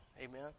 Amen